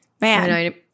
Man